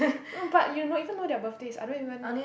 um but you know even know their birthdays I don't even